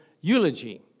eulogy